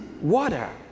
water